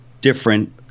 different